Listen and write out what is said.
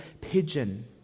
pigeon